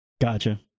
Gotcha